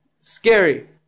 Scary